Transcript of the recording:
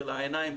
של העיניים,